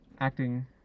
acting